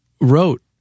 wrote